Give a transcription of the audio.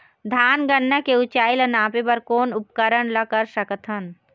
धान गन्ना के ऊंचाई ला नापे बर कोन उपकरण ला कर सकथन?